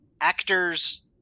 actors